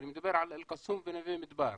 אני מדבר על אל קסום ונווה מדבר.